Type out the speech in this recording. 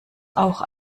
auch